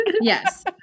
Yes